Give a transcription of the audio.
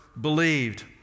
believed